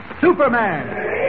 Superman